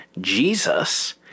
Jesus